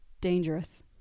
Dangerous